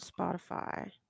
Spotify